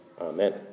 Amen